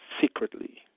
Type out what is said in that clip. secretly